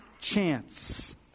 chance